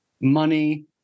money